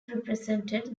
represented